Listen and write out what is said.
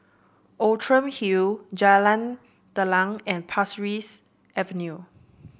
Outram Hill Jalan Telang and Pasir Ris Avenue